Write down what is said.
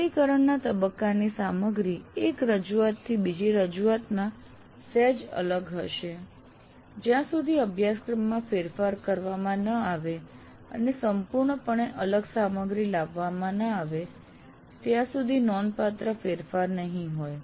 અમલીકરણના તબક્કાની સામગ્રી એક રજૂઆતથી બીજી રજુઆતમાં સહેજ અલગ હશે જ્યાં સુધી અભ્યાસક્રમમાં ફેરફાર કરવામાં ન આવે અને સંપૂર્ણપણે અલગ સામગ્રી લાવવામાં ના આવે ત્યાં સુધી નોંધપાત્ર ફેરફાર નહીં હોય